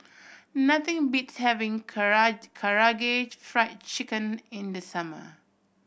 nothing beats having Karaage Fried Chicken in the summer